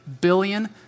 billion